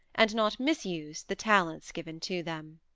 and not misuse, the talents given to them.